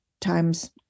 times